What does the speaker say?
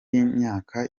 imyaka